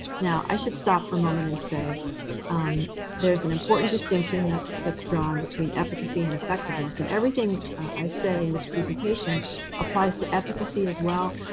now, i should stop for a moment and say there's an important distinction that's that's drawn between efficacy and effectiveness. and everything i say in this presentation applies to efficacy, as well.